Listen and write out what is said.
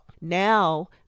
now